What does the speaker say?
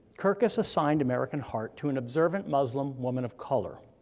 kirkus assigned american heart to an observant muslim woman of color.